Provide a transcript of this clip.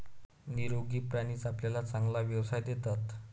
निरोगी प्राणीच आपल्याला चांगला व्यवसाय देतात